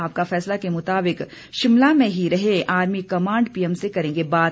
आपका फैसला के मुताबिक शिमला में ही रहे आर्मी कमांड पीएम से करेंगे बात